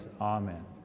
amen